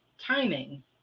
timing